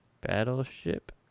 Battleship